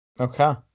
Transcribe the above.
Okay